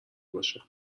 باشه